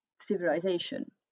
civilization